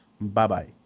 bye-bye